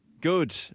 good